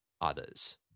others